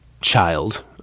child